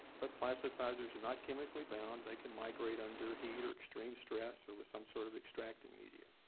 but plasticizers are not chemically bound they can migrate under heat or extreme stress or with some sort of extracting media.